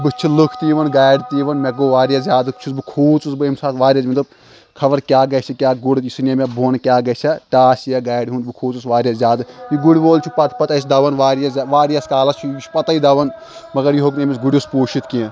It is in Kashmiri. بٕتھِ چھِ لُکھ تہِ یِوان گاڑِ تہِ یِوان مےٚ گوٚو واریاہ زیادٕ چھُس بہٕ کھوٗژُس بہٕ امہِ ساتہٕ واریاہ زیادٕ مےٚ دوٚپ خبَر کیا گَژھِ کیاہ گُر ژھٕنیا مےٚ بۄن کیاہ گَژھِ یا ٹاس یِیِا گاڑِ ہُںٛد بہٕ کھوٗژُس واریاہ زیادٕ یہِ گُرۍ وول چھُ پَتہٕ پَتہٕ اسہِ دَوان واریاہ زیادٕ واریَہَس کالَس چھُ یہِ چھُ پَتَے دَوان مَگر یِہ ہیوٚک نہٕ أمِس گُرِس پوٗشِت کینٛہہ